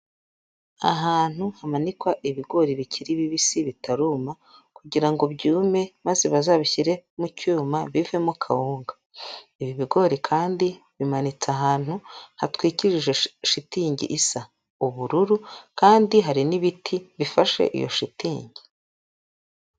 Ahantu hamanikwa ibigori bikiri bibisi bitaruma kugira ngo byume maze bazabishyire mu cyuma bivemo kawunga, ibi bigori kandi bimanitse ahantu hatwikirije shitingi isa ubururu, kandi hari n'ibiti bifashe iyo shitingi.